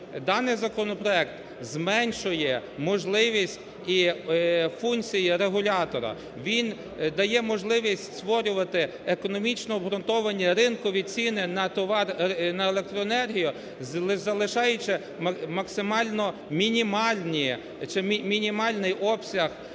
даний законопроект зменшує можливість і функції регулятора, він дає можливість створювати економічно обґрунтовані ринкові ціни на електроенергію, залишаючи максимально мінімальні чи